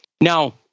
Now